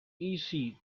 easy